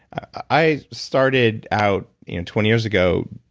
i started out twenty years ago,